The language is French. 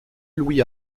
louis